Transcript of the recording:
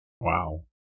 Wow